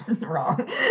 wrong